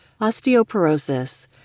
Osteoporosis